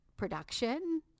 production